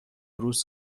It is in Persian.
روز